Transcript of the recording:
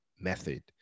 method